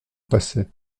passé